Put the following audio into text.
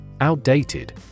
Outdated